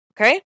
Okay